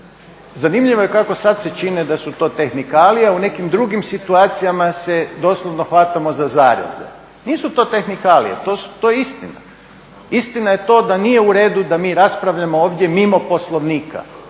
Zanimljivo je kako sad se čine da su to tehnikalije, u nekim drugim situacijama se doslovno hvatamo za zareze. Nisu to tehnikalije, to je istina. Istina je to da nije u redu da mi raspravljamo ovdje mimo poslovnika,